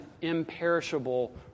imperishable